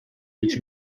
which